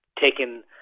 taken